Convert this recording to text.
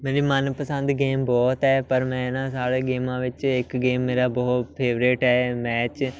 ਮੇਰੀ ਮਨਪਸੰਦ ਗੇਮ ਬਹੁਤ ਹੈ ਪਰ ਮੈਂ ਨਾ ਸਾਰੇ ਗੇਮਾਂ ਵਿੱਚ ਇੱਕ ਗੇਮ ਮੇਰਾ ਬਹੁਤ ਫੇਵਰੇਟ ਹੈ ਮੈਚ